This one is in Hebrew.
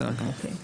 בסדר גמור.